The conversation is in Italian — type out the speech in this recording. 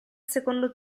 secondo